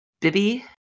Bibi